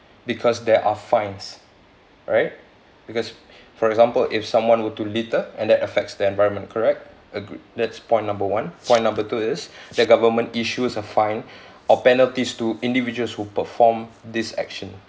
because there are fines alright because for example if someone were to litter and that affects the environment correct agree that's point number one point number two is the government issues a fine or penalties to individuals who perform this action